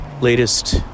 latest